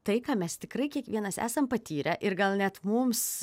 tai ką mes tikrai kiekvienas esam patyrę ir gal net mums